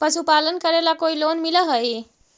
पशुपालन करेला कोई लोन मिल हइ?